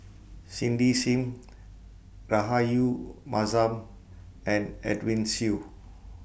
Cindy SIM Rahayu Mahzam and Edwin Siew